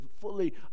fully